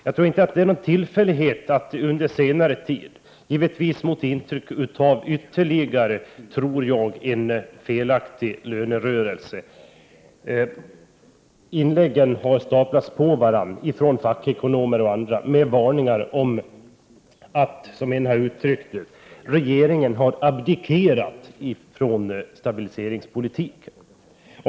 Jag tror inte att det är någon tillfällighet att det under senare tid, givetvis mot bakgrund av ytterligare en felaktig lönerörelse, har staplats inlägg på varandra från fackekonomer och andra med varningar för att regeringen har abdikerat från stabiliseringspolitiken.